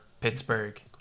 Pittsburgh